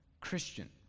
Christian